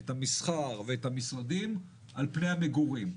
את המסחר ואת המשרדים על פני המגורים,